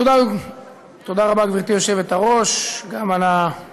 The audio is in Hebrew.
תודה רבה, גברתי היושבת-ראש, גם על החילופים.